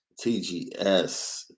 TGS